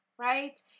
right